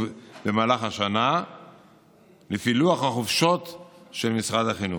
במהלך השנה לפי לוח החופשות של משרד החינוך.